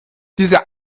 diese